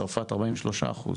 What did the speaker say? צרפת 43 אחוז,